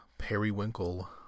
Periwinkle